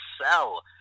sell